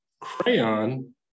Crayon